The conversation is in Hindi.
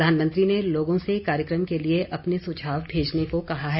प्रधानमंत्री ने लोगों से कार्यक्रम के लिए अपने सुझाव भेजने को कहा है